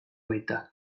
baita